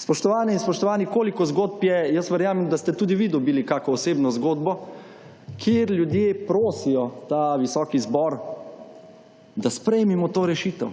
Spoštovane in spoštovani, koliko zgodb je. Jaz verjamem, da ste tudi vi dobili kakšno osebno zgodbo, kjer ljudje prosijo ta visoki zbor, da sprejmimo to rešitev.